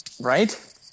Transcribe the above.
Right